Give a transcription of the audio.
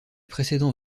précédents